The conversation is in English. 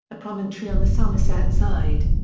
a promontory on the somerset side.